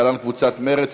להלן: קבוצת סיעת מרצ.